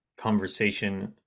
conversation